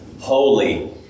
holy